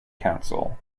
council